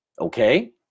Okay